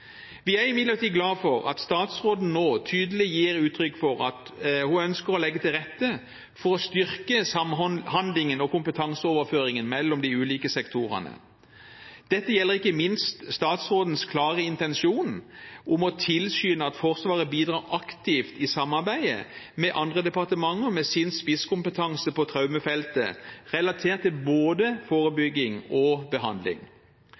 Vi er imidlertid glade for at statsråden nå tydelig gir uttrykk for at hun ønsker å legge til rette for å styrke samhandlingen og kompetanseoverføringen mellom de ulike sektorene. Dette gjelder ikke minst statsrådens klare intensjon om å tilskynde at Forsvaret bidrar aktivt i samarbeidet med andre departementer med sin spisskompetanse på traumefeltet, relatert til både forebygging og behandling.